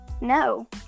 No